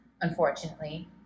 unfortunately